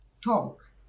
talk